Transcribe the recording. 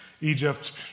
Egypt